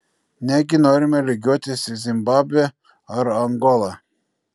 negi norime lygiuotis į zimbabvę ar angolą